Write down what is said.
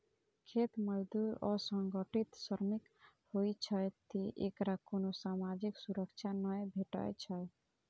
खेत मजदूर असंगठित श्रमिक होइ छै, तें एकरा कोनो सामाजिक सुरक्षा नै भेटै छै